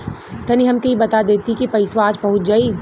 तनि हमके इ बता देती की पइसवा आज पहुँच जाई?